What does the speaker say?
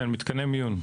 מתקני מיון.